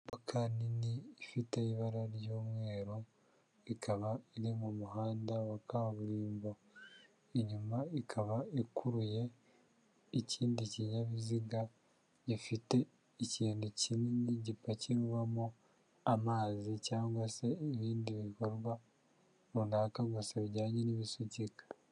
Imodoka nini ifite ibara ry'umweru, ikaba iri mu muhanda wa kaburimbo, inyuma ikaba ikuruye ikindi kinyabiziga gifite ikintu kinini gipakirwamo amazi cyangwa se ibindi bikorwa runaka gusa bijyanye n'ibisukika.